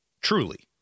truly